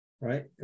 right